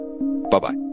bye-bye